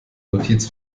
notiz